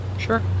sure